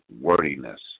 wordiness